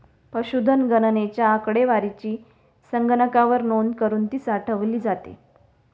पशुधन गणनेच्या आकडेवारीची संगणकावर नोंद करुन ती साठवली जाते